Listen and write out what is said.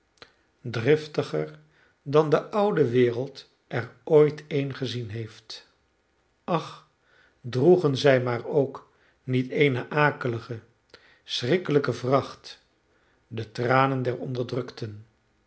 driftiger dan de oude wereld er ooit een gezien heeft ach droegen zij maar ook niet eene akelige schrikkelijke vracht de tranen der onderdrukten